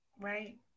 Right